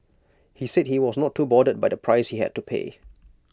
he said he was not too bothered by the price he had to pay